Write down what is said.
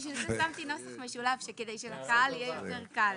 לכן שמתי נוסח משולב, כדי שלקהל יהיה יותר קל.